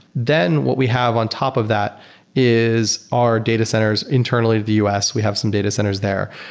then what we have on top of that is our data centers internally to the us. we have some data centers there.